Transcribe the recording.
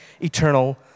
eternal